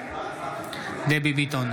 בעד דבי ביטון,